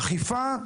אכיפה זה